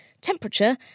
temperature